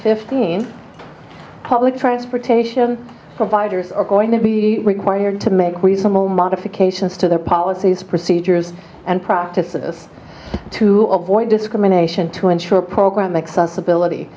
fifteen public transportation providers are going to be required to make reasonable modifications to their policies procedures and practices to avoid discrimination to ensure program accessibility